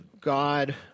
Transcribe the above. God